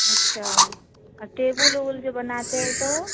अच्छा टेबुल उबुल जो बनाते हैं तो